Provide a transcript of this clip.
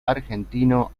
argentino